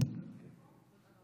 גברתי היושבת-ראש,